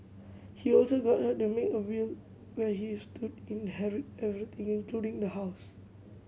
he also got her to make a will where he stood inherit everything including the house